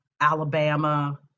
Alabama